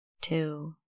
two